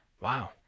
Wow